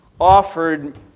offered